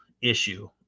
issue